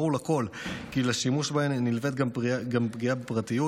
ברור לכול כי לשימוש בהן נלווית גם פגיעה בפרטיות,